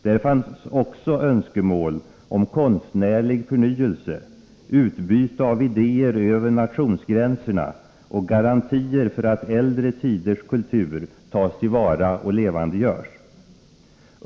Där fanns också önskemål om konstnärlig förnyelse, utbyte av idéer över nationsgränserna och garantier för att äldre tiders kultur tas till vara och levandegörs.